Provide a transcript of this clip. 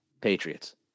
Patriots